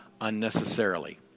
unnecessarily